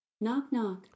Knock-knock